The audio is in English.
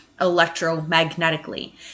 electromagnetically